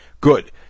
good